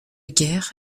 guerre